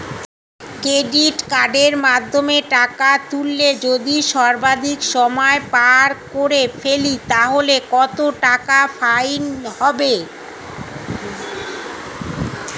Credit কার্ডের মাধ্যমে টাকা তুললে যদি সর্বাধিক সময় পার করে ফেলি তাহলে কত টাকা ফাইন হবে?